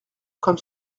comme